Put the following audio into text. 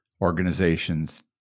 organizations